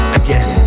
again